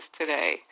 today